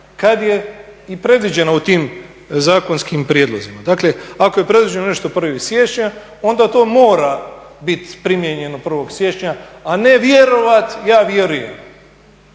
kad je i predviđeno u tim zakonskim prijedlozima. Dakle, ako je predviđeno nešto 1. siječnja onda to mora biti primijenjeno 1. siječnja, a ne govoriti ja vjerujem.